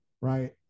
Right